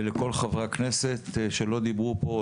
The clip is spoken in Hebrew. ולכל חברי הכנסת שלא דיברו פה,